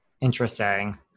Interesting